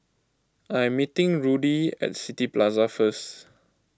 I am meeting Rudy at City Plaza first